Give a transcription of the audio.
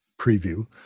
Preview